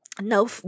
No